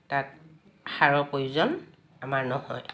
তাত সাৰৰ প্ৰয়োজন আমাৰ নহয়